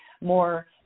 more